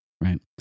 right